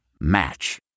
Match